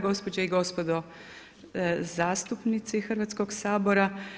Gospođe i gospodo zastupnici Hrvatskog sabora.